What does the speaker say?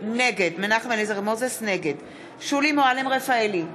נגד שולי מועלם-רפאלי,